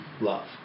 love